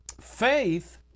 faith